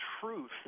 truth